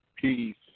Peace